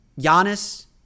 Giannis